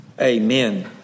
amen